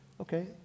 okay